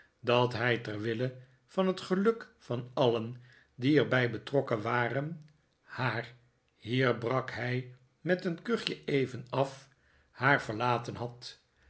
dat hij ter wille van het geluk van alien die er bij betrokken waren haar hier brak hij met een kuchje even af haar verlaten had